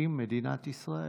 מקים מדינת ישראל.